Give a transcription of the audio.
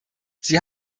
sie